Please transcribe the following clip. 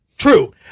True